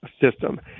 system